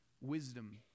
wisdom